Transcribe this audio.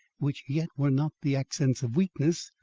which yet were not the accents of weakness,